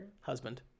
husband